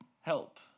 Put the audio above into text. help